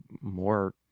more